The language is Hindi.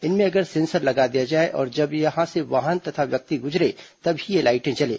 इनमें अगर सेंसर लगा दिया जाए और जब यहां से वाहन तथा व्यक्ति गुजरे तब ही ये लाइटें जलें